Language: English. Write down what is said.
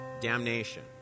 damnation